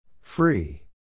Free